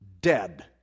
Dead